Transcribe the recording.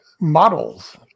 models